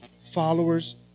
followers